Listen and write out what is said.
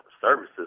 services